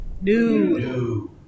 new